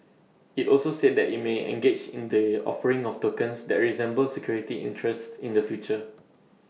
IT also said that IT may engage in the offering of tokens that resemble security interests in the future